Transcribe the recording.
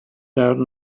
that